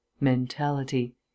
Mentality